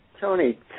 Tony